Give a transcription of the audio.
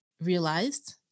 realized